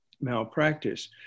malpractice